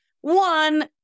One